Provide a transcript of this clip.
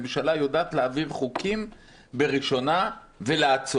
הממשלה יודעת להעביר חוקים בקריאה ראשונה ולעצור,